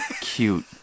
cute